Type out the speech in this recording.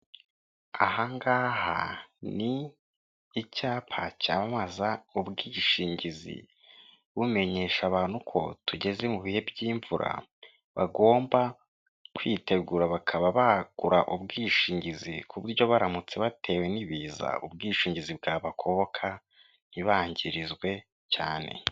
Ahangaha ni icyapa cyamamaza ubwishingizi bumenyesha abantu ko tugeze mu bihe by'imvura bagomba kwitegura bakaba bagura ubwishingizi ku buryo baramutse batewe n'ibiza ubwishingizi bwabagoboka ntibangirizwe cyane.